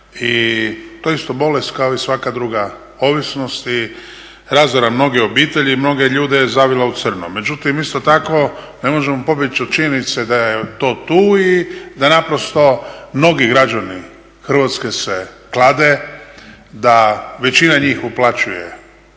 i to je isto bolest kao i svaka druga ovisnost i razara mnoge obitelji i mnoge je ljude zavila u crno. Međutim isto tako ne možemo pobjeći od činjenice da je to tu i da mnogi građani Hrvatske se klade, da većina njih uplaćuje